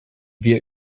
wir